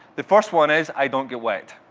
the first one is, i don't get wet.